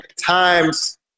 times